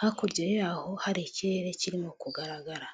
hakurya yaho hari ikirere kiri kugaragara.